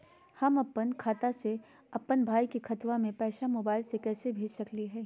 हम अपन खाता से अपन भाई के खतवा में पैसा मोबाईल से कैसे भेज सकली हई?